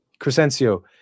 Crescencio